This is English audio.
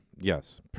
Yes